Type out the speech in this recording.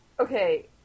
Okay